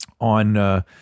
on –